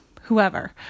whoever